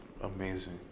Amazing